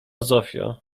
zofio